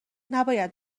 نباید